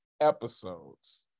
episodes